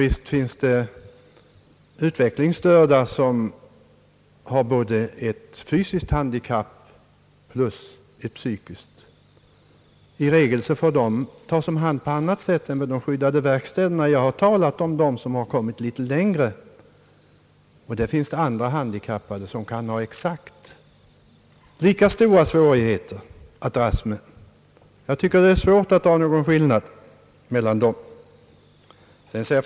Visst finns det utvecklingsstörda som har både ett fysiskt och ett psykiskt handikapp. I regel får de tas om hand på annat sätt än vid de skyddade verkstäderna. Jag har talat om sådana som kommit litet längre. Det finns andra handikappade som kan ha exakt lika stora svårigheter att dras med, och jag anser det svårt att göra någon skillnad mellan dessa olika grupper.